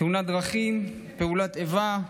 תאונת דרכים, פעולת איבה,